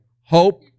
Hope